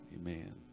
Amen